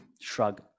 shrug